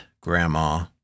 grandma